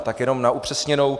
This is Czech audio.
Tak jenom na upřesněnou.